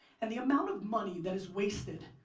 and the amount of money that is wasted,